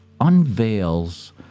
unveils